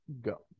go